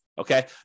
Okay